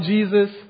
Jesus